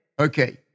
Okay